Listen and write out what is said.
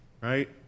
right